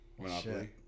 Monopoly